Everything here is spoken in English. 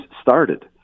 started